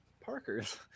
Parkers